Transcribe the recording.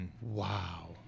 wow